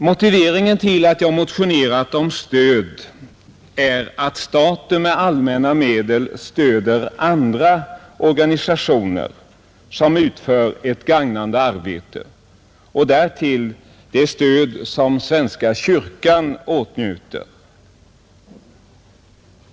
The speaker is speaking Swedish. Motiveringen till att jag motionerat om stöd är att staten med allmänna medel stöder andra organisationer som utför ett gagnande arbete och därtill ger det stöd som svenska kyrkan åtnjuter.